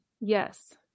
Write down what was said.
Yes